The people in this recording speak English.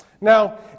Now